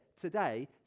today